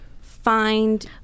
find